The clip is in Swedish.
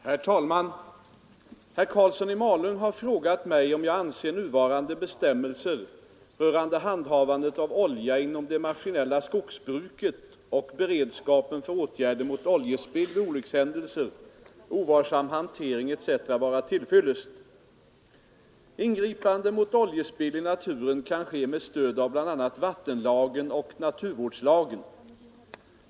Herr talman! Herr Karlsson i Malung har frågat mig om jag anser nuvarande bestämmelser rörande handhavandet av olja inom det maskinella skogsbruket och beredskapen för åtgärder mot oljespill vid olyckshändelser, ovarsam hantering etc. vara till fyllest. Ingripande mot oljespill i naturen kan ske med stöd av bl.a. vattenlagen och naturvårdslagen.